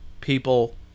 people